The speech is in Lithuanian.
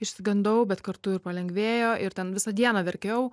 išsigandau bet kartu ir palengvėjo ir ten visą dieną verkiau